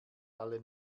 alle